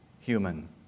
human